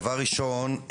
דבר ראשון,